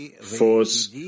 force